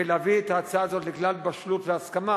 כדי להביא את ההצעה הזאת לכלל בשלות והסכמה,